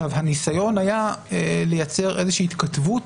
הניסיון היה לייצר איזושהי התכתבות